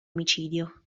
omicidio